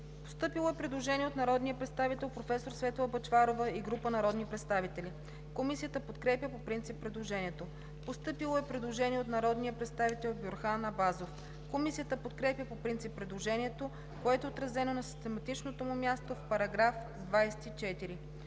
По § 26 има предложение от народния представител професор Светла Бъчварова и група народни представители. Комисията подкрепя по принцип предложението. Предложение от народния представител Бюрхан Абазов. Комисията подкрепя по принцип предложението, което е отразено на систематичното му място в § 24.